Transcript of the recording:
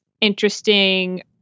interesting